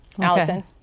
Allison